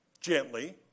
gently